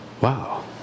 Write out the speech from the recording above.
wow